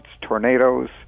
tornadoes